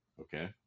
okay